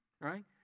right